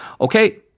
Okay